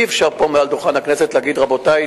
אי-אפשר מעל דוכן הכנסת להגיד: רבותי,